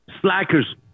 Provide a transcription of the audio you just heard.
Slackers